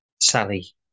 Sally